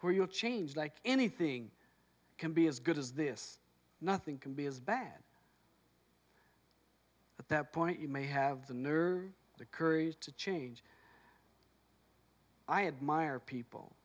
where you have changed like anything can be as good as this nothing can be as bad at that point you may have the nerve or the courage to change i admire people